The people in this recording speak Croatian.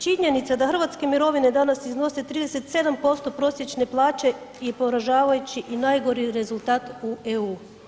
Činjenica da hrvatske mirovine danas iznose 37% prosječne plaće je poražavajući i najgori rezultat u EU.